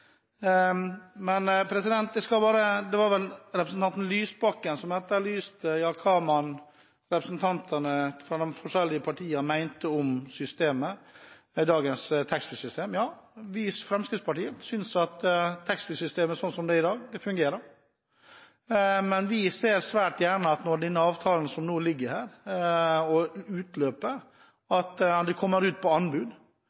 Det var vel representanten Lysbakken som etterlyste hva representantene fra de forskjellige partiene mente om dagens taxfree-system. Vi i Fremskrittspartiet synes at taxfree-systemet, sånn som det er i dag, fungerer, men vi ser svært gjerne at det kommer ut på anbud når denne avtalen som nå ligger her,